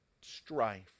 strife